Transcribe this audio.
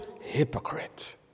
hypocrite